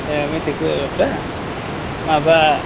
ए मेथाय खनगिरिफोरा माबा